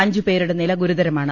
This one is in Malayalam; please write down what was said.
അഞ്ചുപേരുടെ നില ഗുരുതരമാണ്